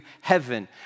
heaven